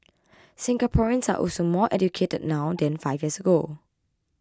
Singaporeans are also more educated now than five years ago